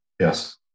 Yes